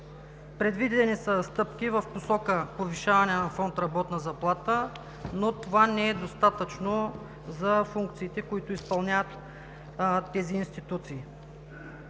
предвидени са стъпки в посока повишаване на фонд „Работна заплата“, но това не е достатъчно за функциите, които изпълняват тези институции.